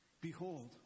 Behold